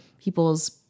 people's